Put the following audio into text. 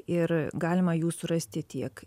galima jų surasti tiek